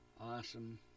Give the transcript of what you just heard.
Awesome